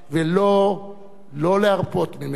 ולא להרפות ממנו.